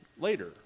later